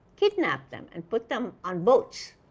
kidnapped them and put them on boats!